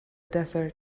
desert